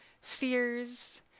fears